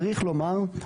צריך לומר,